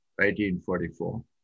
1844